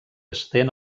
estén